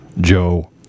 Joe